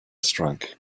strike